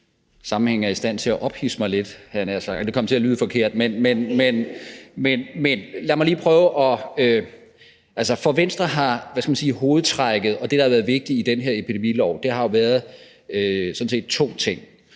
sammenhænge er i stand til at ophidse mig lidt, havde jeg nær sagt – det kom til at lyde forkert. Men altså, for Venstre har hovedtrækket og det, der har været vigtigt i den her epidemilov, jo sådan set været to ting.